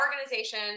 organization